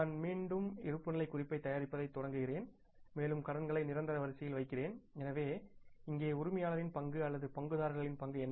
நான் மீண்டும் இருப்புநிலைத் குறிப்பை தயாரிப்பதைத் தொடங்குகிறேன் மேலும் கடன்களை நிரந்தர வரிசையில் வைக்கிறேன் எனவே இங்கே உரிமையாளரின் பங்கு அல்லது பங்குதாரர்களின் பங்கு என்ன